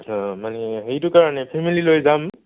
আচ্ছা মানে সেইটো কাৰণে ফেমিলি লৈ যাম